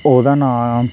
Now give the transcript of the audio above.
ओह्दा नांऽ